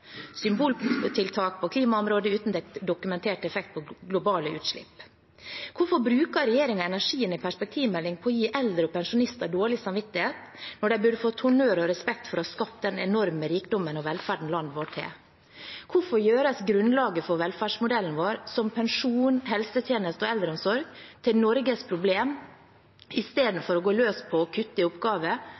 Symboltiltak på klimaområdet er uten dokumentert effekt på globale utslipp. Hvorfor bruker regjeringen energien i perspektivmeldingen på å gi eldre og pensjonister dårlig samvittighet, når de burde fått honnør og respekt for å ha skapt den enorme rikdommen og velferden landet vårt har? Hvorfor gjøres grunnlaget for velferdsmodellen vår, som pensjon, helsetjenester og eldreomsorg, til Norges problem, istedenfor å gå løs på å kutte i oppgaver